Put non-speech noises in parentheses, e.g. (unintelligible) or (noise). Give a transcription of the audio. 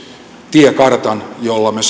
tiekartan jolla me (unintelligible)